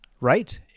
Right